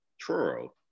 Truro